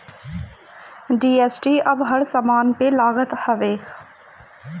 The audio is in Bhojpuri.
जी.एस.टी अब हर समान पे लागत हवे